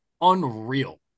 unreal